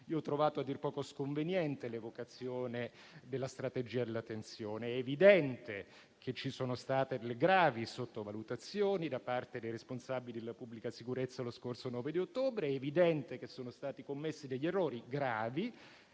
Io ho trovato a dir poco sconveniente l'evocazione della strategia della tensione. È evidente che ci sono state delle gravi sottovalutazioni da parte dei responsabili della pubblica sicurezza lo scorso 9 ottobre. È evidente che sono stati commessi degli errori gravi.